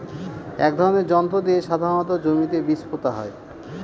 এক ধরনের যন্ত্র দিয়ে সাধারণত জমিতে বীজ পোতা হয়